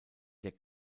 der